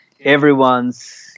everyone's